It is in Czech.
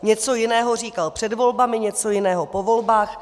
Něco jiného říkal před volbami, něco jiného po volbách.